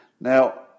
Now